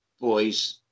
boys